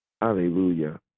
Hallelujah